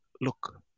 look